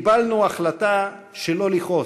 "קיבלנו החלטה שלא לכעוס",